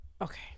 Okay